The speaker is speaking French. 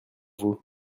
vous